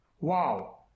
Wow